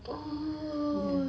oh